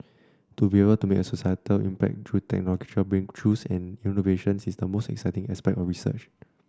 to be able to make a societal impact through technological breakthroughs and innovations is the most exciting aspect of research